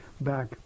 back